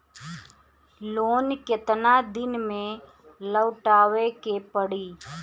Loan केतना दिन में लौटावे के पड़ी?